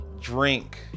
Drink